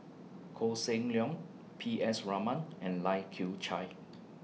Koh Seng Leong P S Raman and Lai Kew Chai